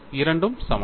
இரண்டும் சமம்